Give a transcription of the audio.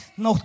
no